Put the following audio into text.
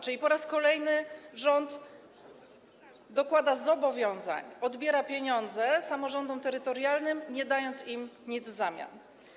Czyli po raz kolejny rząd dokłada zobowiązań, odbiera pieniądze samorządom terytorialnym, nie dając im nic w zamian.